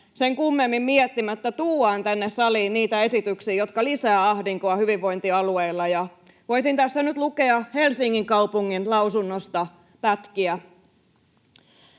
sen kummemmin miettimättä tuodaan tänne saliin niitä esityksiä, jotka lisäävät ahdinkoa hyvinvointialueilla. Voisin tässä nyt lukea Helsingin kaupungin lausunnosta pätkiä: